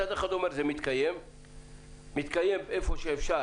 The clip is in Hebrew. מצד אחד אומרים שזה מתקיים איפה שאפשר